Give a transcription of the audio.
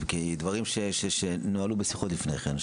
כי דברים שנוהלו בשיחות לפני כן.